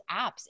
apps